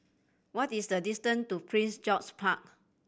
what is the distance to Prince George's Park